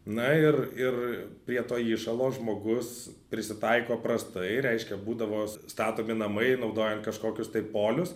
na ir ir prie to įšalo žmogus prisitaiko prastai reiškia būdavo statomi namai naudojant kažkokius tai polius